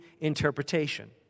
interpretation